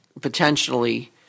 potentially